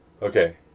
Okay